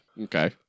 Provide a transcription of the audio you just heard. Okay